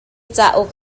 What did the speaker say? cauk